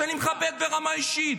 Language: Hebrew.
שאני מכבד ברמה אישית,